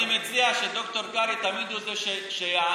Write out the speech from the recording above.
אני מציע שתמיד ד"ר קרעי הוא זה שיענה